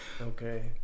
Okay